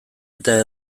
eta